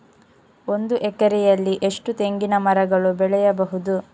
ಒಂದು ಎಕರೆಯಲ್ಲಿ ಎಷ್ಟು ತೆಂಗಿನಮರಗಳು ಬೆಳೆಯಬಹುದು?